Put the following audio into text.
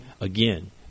again